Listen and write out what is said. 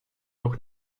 auch